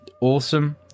awesome